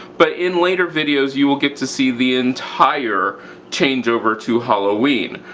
but in later videos you will get to see the entire change over to halloween.